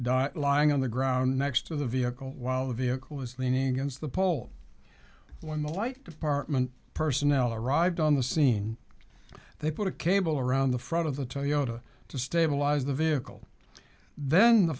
dot lying on the ground next to the vehicle while the vehicle is leaning against the pole when the light department personnel arrived on the scene they put a cable around the front of the toyota to stabilize the vehicle then the